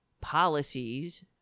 policies